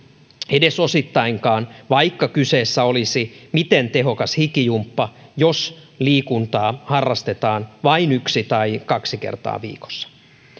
edes osittainkaan vaikka kyseessä olisi miten tehokas hikijumppa jos liikuntaa harrastetaan vain yksi tai kaksi kertaa viikossa